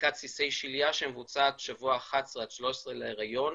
בדיקת סיסי שליה שמבוצעת בשבוע 11 עד 13 להיריון,